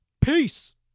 Peace